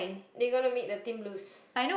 they gonna make the team lose